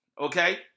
Okay